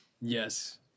yes